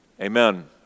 amen